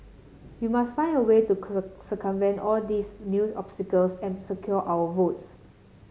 we must find a way to circumvent all these new obstacles and secure our votes